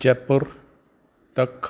ਜੈਪੁਰ ਤੱਕ